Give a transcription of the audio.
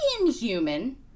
inhuman